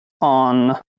on